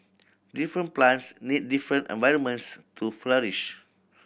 different plants need different environments to flourish